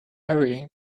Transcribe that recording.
hurrying